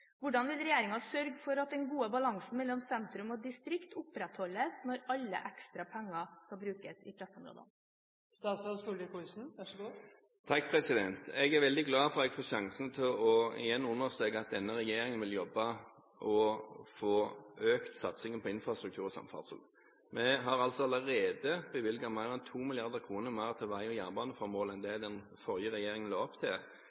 Hvordan vil regjeringen sørge for at den gode balansen mellom sentrum og distrikt opprettholdes når alle ekstra penger skal brukes i pressområdene?» Jeg er veldig glad for at jeg igjen får sjansen til å understreke at denne regjeringen vil jobbe med å få økt satsingen på infrastruktur og samferdsel. Vi har allerede bevilget mer enn 2 mrd. kr mer til vei og jernbaneformål enn det den forrige regjeringen la opp til.